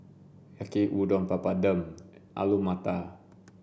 Yaki Udon Papadum Alu Matar